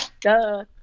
duh